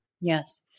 Yes